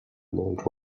lloyd